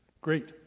great